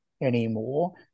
anymore